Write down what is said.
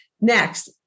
Next